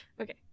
Okay